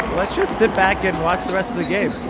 let's just sit back and watch the rest of the game